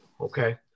Okay